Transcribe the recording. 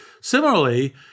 similarly